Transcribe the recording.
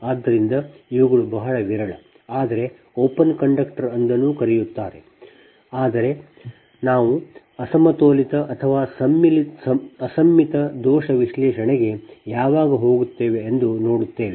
ಆದ್ದರಿಂದ ಇವುಗಳು ಬಹಳ ವಿರಳ ಆದರೆ ಓಪನ್ ಕಂಡಕ್ಟರ್ ಎಂದೂ ಕರೆಯುತ್ತಾರೆ ಆದರೆ ನಾವು ಅಸಮತೋಲಿತ ಅಥವಾ ಅಸಮ್ಮಿತ ದೋಷ ವಿಶ್ಲೇಷಣೆಗೆ ಯಾವಾಗ ಹೋಗುತ್ತೇವೆ ಎಂದು ನೋಡುತ್ತೇವೆ